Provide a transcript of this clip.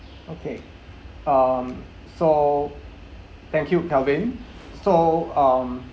okay um so thank you calvin so um